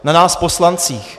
Na nás poslancích.